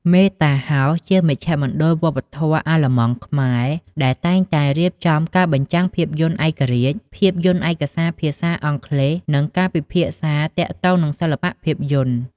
មេតា ហោស៍ (Meta House) ជាមជ្ឈមណ្ឌលវប្បធម៌អាល្លឺម៉ង់-ខ្មែរ ដែលតែងតែរៀបចំការបញ្ចាំងភាពយន្តឯករាជ្យ ភាពយន្តឯកសារភាសាអង់គ្លេស និងការពិភាក្សាទាក់ទងនឹងសិល្បៈភាពយន្ត។